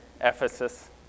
Ephesus